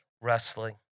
wrestling